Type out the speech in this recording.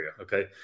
Okay